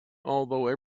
although